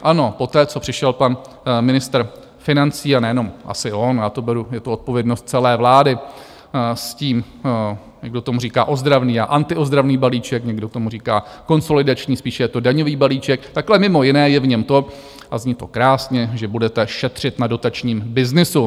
Ano, poté, co přišel pan ministr financí, a nejenom asi on, já to beru, je to odpovědnost celé vlády, s tím někdo tomu říká ozdravný, já antiozdravný balíček, někdo tomu říká konsolidační, spíše je to daňový balíček, tak ale mimo jiné je v něm to, a zní to krásně, že budete šetřit na dotačním byznysu.